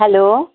hello